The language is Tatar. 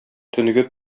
төнге